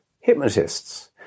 hypnotists